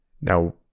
Now